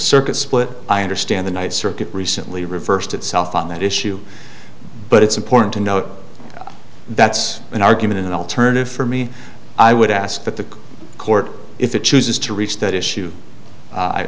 circuit split i understand the night circuit recently reversed itself on that issue but it's important to note that's an argument an alternative for me i would ask that the court if it chooses to reach that issue